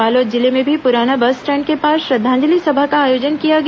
बालोद जिले में भी पुराना बस स्टैंड के पास श्रद्वांजलि सभा का आयोजन किया गया